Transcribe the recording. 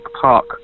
park